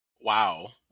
wow